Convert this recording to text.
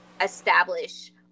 establish